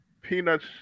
peanuts